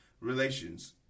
relations